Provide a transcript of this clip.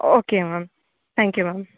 okay ma'am thank you ma'am